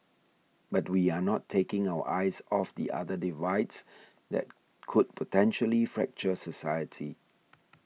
but we are not taking our eyes off the other divides that could potentially fracture society